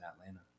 Atlanta